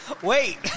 Wait